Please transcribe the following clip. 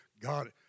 God